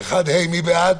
מי בעד?